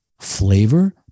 flavor